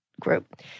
group